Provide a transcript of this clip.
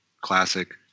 classic